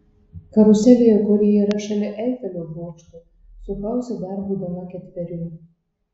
karuselėje kuri yra šalia eifelio bokšto supausi dar būdama ketverių